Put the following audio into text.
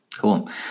Cool